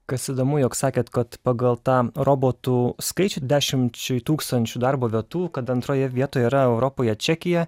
kas įdomu jog sakėt kad pagal tą robotų skaičių dešimčiai tūkstančių darbo vietų kad antroje vietoje yra europoje čekija